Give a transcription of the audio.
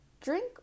Drink